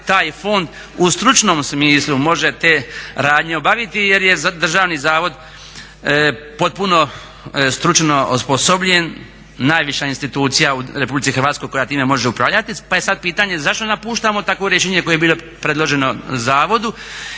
taj fond u stručnom smislu može te radnje obaviti jer je državni zavod potpuno stručno osposobljen, najviša institucija u Republici Hrvatskoj koja time može upravljati pa je sada pitanje zašto onda puštamo takvo rješenje koje je bilo predloženo zavodu